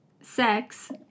sex